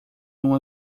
uma